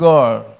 God